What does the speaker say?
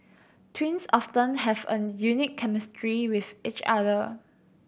twins often have a unique chemistry with each other